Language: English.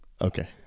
Okay